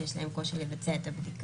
שיש להם קושי לבצע את הבדיקה.